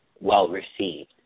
well-received